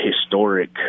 historic